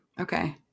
Okay